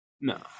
No